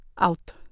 Out